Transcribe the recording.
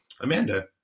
Amanda